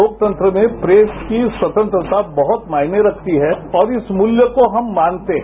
लोकतंत्र में प्रेस की स्वतंत्रता बहत मायने रखती है और इस मूल्य को हम मानते हैं